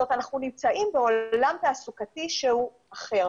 זאת אומרת אנחנו נמצאים בעולם תעסוקתי שהוא אחר,